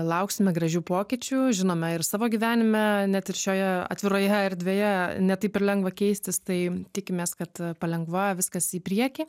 lauksime gražių pokyčių žinome ir savo gyvenime net ir šioje atviroje erdvėje ne taip ir lengva keistis tai tikimės kad palengva viskas į priekį